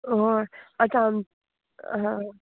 ओय आतां आम आं